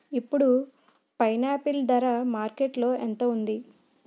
ఇప్పుడు పైనాపిల్ ధర మార్కెట్లో ఎంత ఉంది?